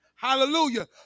Hallelujah